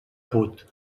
put